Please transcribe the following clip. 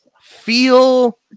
feel